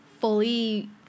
fully